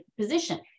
position